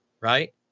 right